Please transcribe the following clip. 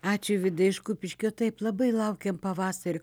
ačiū vidui iš kupiškio taip labai laukėm pavasario